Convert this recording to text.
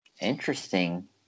Interesting